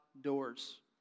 doors